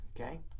Okay